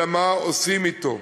אלא מה עושים אתו.